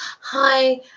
hi